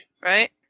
Right